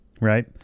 Right